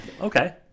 Okay